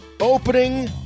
opening